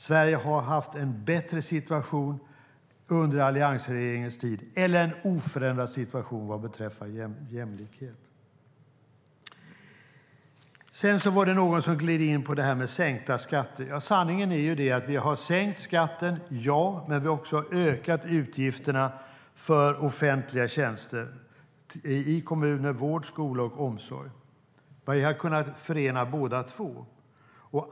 Sverige har under alliansregeringens tid haft en bättre situation eller en oförändrad situation vad beträffar jämlikhet. Sedan var det någon som gled in på detta med sänkta skatter. Sanningen är den att vi har sänkt skatten - ja. Men vi har också ökat utgifterna för offentliga tjänster, i kommuner, för vård, skola och omsorg. Vi har kunnat förena båda två.